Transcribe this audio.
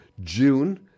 June